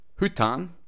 hutan